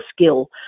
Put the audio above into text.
skill